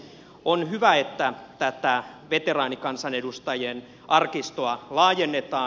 on hyvä että tätä veteraanikansanedustajien arkistoa laajennetaan